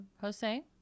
Jose